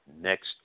next